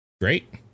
Great